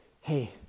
Hey